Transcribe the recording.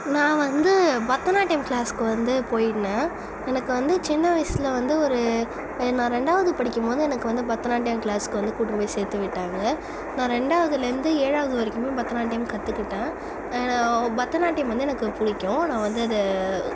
நான் வந்து பரதநாட்டியம் க்ளாஸ்க்கு வந்து போயிக்குனேன் எனக்கு வந்து சின்ன வயசில் வந்து ஒரு நான் ரெண்டாவது படிக்கும்போது எனக்கு வந்து பரதநாட்டியம் க்ளாஸ்க்கு வந்து கூட்டிகினு போய் சேர்த்து விட்டாங்க நான் ரெண்டாவதிலேர்ந்து ஏழாவது வரைக்குமே பரதநாட்டியம் கற்றுக்கிட்டேன் நா பரதநாட்டியம் வந்து எனக்கு பிடிக்கும் நான் வந்து அதை